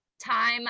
time